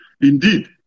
indeed